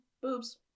boobs